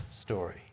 story